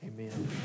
Amen